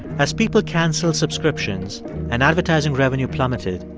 as people canceled subscriptions and advertising revenue plummeted,